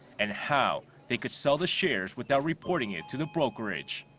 and how they could sell the shares without reporting it to the brokerage.